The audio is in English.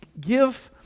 give